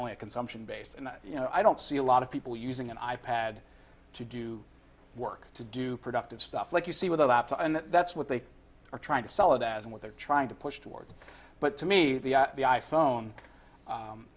only a consumption based and you know i don't see a lot of people using an i pad to do work to do productive stuff like you see with a laptop and that's what they are trying to sell it as what they're trying to push towards but to me the i phone